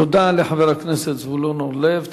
תודה לחבר הכנסת זבולון אורלב.